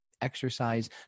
Exercise